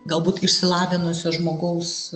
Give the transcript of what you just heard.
galbūt išsilavinusio žmogaus